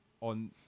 on